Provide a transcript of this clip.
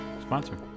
sponsor